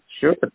Sure